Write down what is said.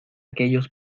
aquellos